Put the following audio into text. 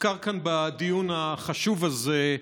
הוזכר כאן, בדיון החשוב הזה,